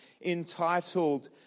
entitled